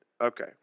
okay